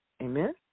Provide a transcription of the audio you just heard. amen